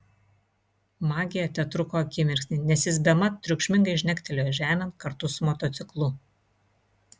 magija tetruko akimirksnį nes jis bemat triukšmingai žnektelėjo žemėn kartu su motociklu